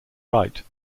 right